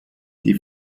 die